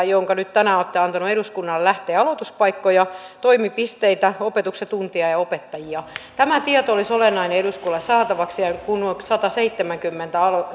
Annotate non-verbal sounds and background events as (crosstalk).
(unintelligible) jonka nyt tänään olette antanut eduskunnalle lähtee aloituspaikkoja toimipisteitä opetuksen tunteja ja opettajia tämä tieto olisi olennainen eduskunnalle saatavaksi ja kun on sataseitsemänkymmentä